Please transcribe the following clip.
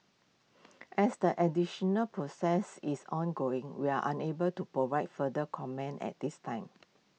as the additional process is ongoing we are unable to provide further comments at this time